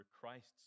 Christ's